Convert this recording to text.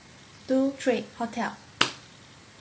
two three hotel